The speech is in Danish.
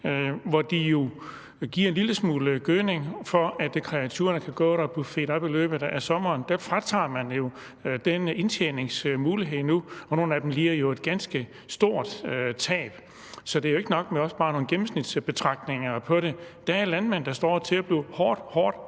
hvor de giver en lille smule gødning, for at kreaturerne kan gå der og blive fedet op i løbet af sommeren. Der fratager man dem jo den indtjeningsmulighed nu, og nogle af dem lider et ganske stort tab. Så der er det ikke nok med nogle gennemsnitsbetragtninger på det. Der er landmænd, der står til at blive meget hårdt